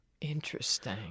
Interesting